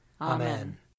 Amen